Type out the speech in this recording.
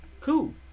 Cool